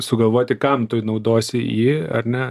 sugalvoti kam tu naudosi jį ar ne